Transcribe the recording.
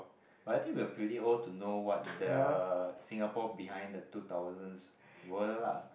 but I think we're pretty old to know what the Singapore behind the two thousands were lah